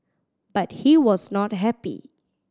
but he was not happy